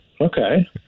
Okay